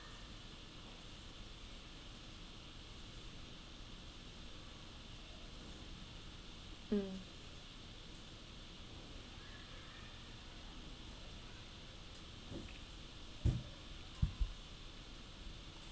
mm